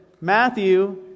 Matthew